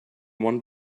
one